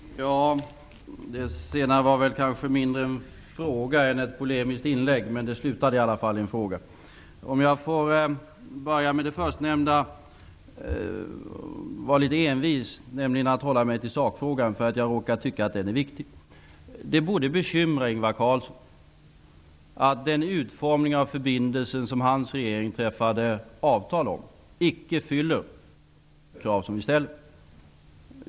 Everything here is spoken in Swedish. Fru talman! Det senare var kanske mindre en fråga än ett polemiskt inlägg, men det slutade i alla fall i en fråga. Om jag får vara litet envis vill jag hålla mig till sakfrågan; jag råkar nämligen tycka att den är viktig. Det borde bekymra Ingvar Carlsson att den utformning av förbindelsen som hans regering träffade avtal om icke fyller de miljökrav som vi ställer.